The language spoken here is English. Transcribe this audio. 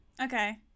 okay